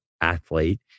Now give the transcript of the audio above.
athlete